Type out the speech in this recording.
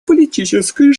политической